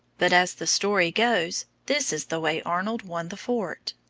but, as the story goes, this is the way arnold won the fort.